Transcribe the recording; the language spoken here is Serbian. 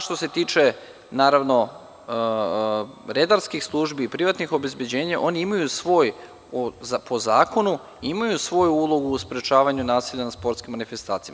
Što se tiče, naravno, redarskih službi i privatnih obezbeđenja, oni po zakonu imaju svoju ulogu u sprečavanju nasilja na sportskim manifestacijama.